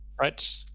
Right